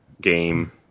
game